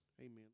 amen